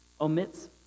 omits